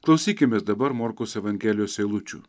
klausykimės dabar morkaus evangelijos eilučių